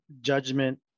judgment